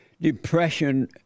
depression